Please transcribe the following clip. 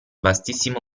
vastissimo